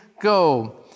go